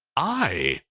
i!